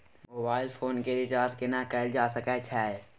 Mobile phone के recharge केना कैल जा सकै छै?